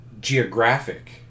geographic